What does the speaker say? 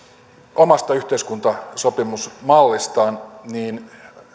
omasta yhteiskuntasopimusmallistaan niin